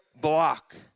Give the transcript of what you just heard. block